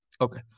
Okay